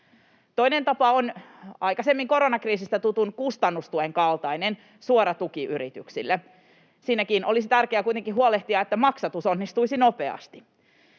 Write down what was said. Toinen tapa on aikaisemmin koronakriisistä tutun kustannustuen kaltainen suora tuki yrityksille. Siinäkin olisi tärkeää kuitenkin huolehtia, että maksatus onnistuisi nopeasti.